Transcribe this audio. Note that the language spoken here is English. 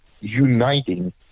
uniting